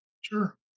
Sure